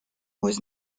was